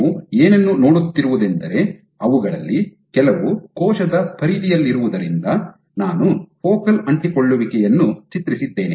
ನೀವು ಏನನ್ನು ನೋಡುತ್ತಿರುವುದೆಂದರೆ ಅವುಗಳಲ್ಲಿ ಕೆಲವು ಕೋಶದ ಪರಿಧಿಯಲ್ಲಿರುವುದರಿಂದ ನಾನು ಫೋಕಲ್ ಅಂಟಿಕೊಳ್ಳುವಿಕೆಯನ್ನು ಚಿತ್ರಿಸಿದ್ದೇನ